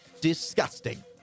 Disgusting